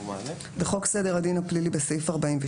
"תיקון חוק סדר הדין הפלילי (סמכויות אכיפה מעצרים)